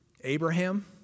Abraham